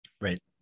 Right